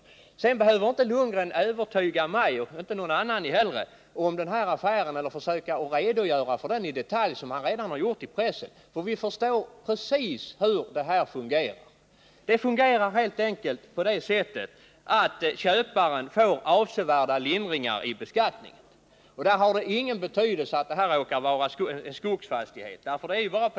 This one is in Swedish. Bo Lundgren behöver inte övertyga mig och inte någon annan heller beträffande denna affär, och han behöver inte redogöra för den i detalj, vilket han redan har gjort i pressen. Vi förstår precis hur det hela fungerar. Det fungerar helt enkelt på det sättet att köparen får avsevärd lindring i beskattningen. Där har det ingen betydelse att det råkar vara en skogsfastighet.